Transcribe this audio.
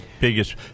biggest